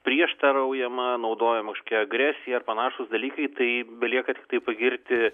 prieštaraujama naudojama agresija ar panašūs dalykai tai belieka tiktai pagirti